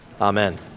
Amen